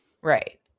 right